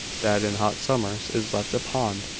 that in hot summers is left a pond.